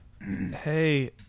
Hey